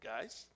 guys